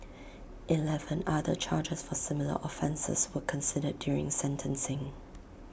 Eleven other charges for similar offences were considered during sentencing